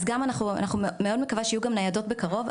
אני מאוד מקווה שיהיו גם ניידות בקרוב,